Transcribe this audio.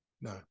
No